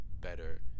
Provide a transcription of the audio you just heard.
better